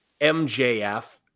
MJF